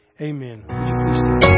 Amen